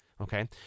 Okay